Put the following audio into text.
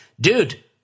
dude